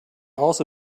also